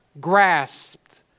grasped